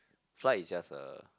flight is just a